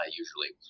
usually